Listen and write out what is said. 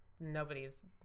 nobody's